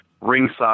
ringside